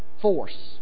force